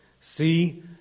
see